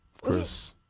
Chris